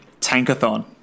Tankathon